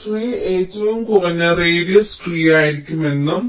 tree ഏറ്റവും കുറഞ്ഞ radius ട്രീയിരിക്കുമെന്നും